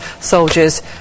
soldiers